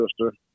sister